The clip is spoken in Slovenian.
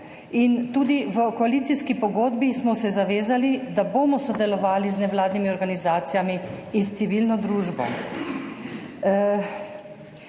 in tudi v koalicijski pogodbi smo se zavezali, da bomo sodelovali z nevladnimi organizacijami in s civilno družbo.